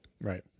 Right